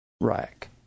rack